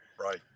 Right